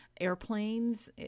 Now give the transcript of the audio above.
Airplanes